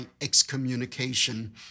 excommunication